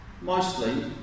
mostly